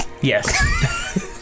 Yes